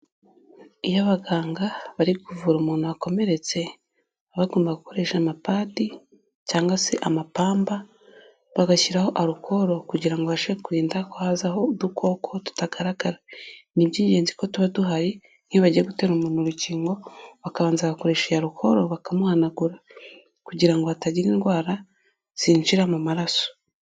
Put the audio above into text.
Iyo abaganga bari kuvura umuntu wakomeretse baba bagomba gukoresha amapadi cyangwa se amapamba, bagashyiraho arukoro kugira ngo babashe kwirinda ko hazaho udukoko tutagaragara, ni iby'ingenzi ko tuba duhari nk'iyo bagiye gutera umuntu urukingo, bakabanza bagakoresha iyo arukoro bakamuhanagura, kugira ngo hatagira indwara zinjira mu maraso.